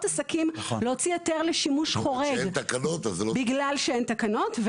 עסקים להוציא היתר לשימוש חורג בגלל שאין תקנות.